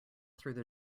through